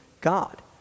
God